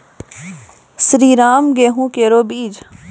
श्रीराम गेहूँ केरो बीज?